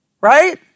Right